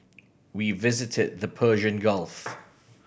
we visited the Persian Gulf